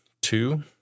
Two